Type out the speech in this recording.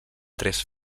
tres